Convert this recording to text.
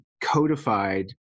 codified